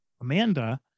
Amanda